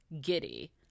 giddy